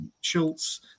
Schultz